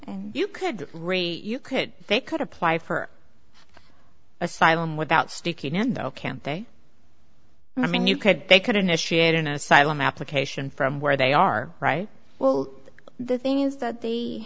and you could raise you could they could apply for asylum without sticky nando can't they i mean you could they could initiate an asylum application from where they are right well the thing is that the